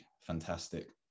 Fantastic